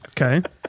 Okay